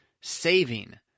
saving